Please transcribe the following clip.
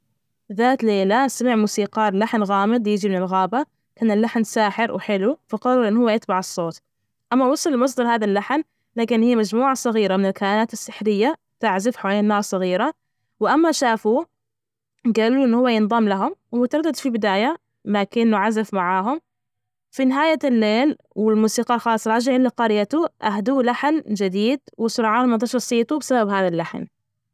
ذات ليلى، سمع موسيقار لحن غامض يجي من الغابة. كان اللحن ساحر وحلو، فقرر إن هو يتبع الصوت، أما وصل لمصدر هذا اللحن لجى أن هي مجموعة صغيرة من الكائنات السحرية تعزف حوالين ناس صغيرة. وأما شافوه جالوا له إنه هو ينضم لهم وتردد في البداية، لكنه عزف معاهم في نهاية الليل، والموسيقى خلاص راجعين لقريته، أهدوه لحن جديد، وسرعان ما انتشر صيته بسبب هذا اللحن.